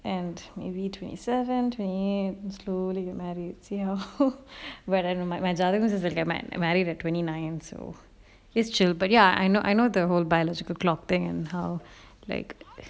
and maybe twenty seven twenty slowly get married you know well I don't like when they're gonna they're gonna get mad married at twenty nine so it's chill but yeah I know I know the whole biological clock thing and how like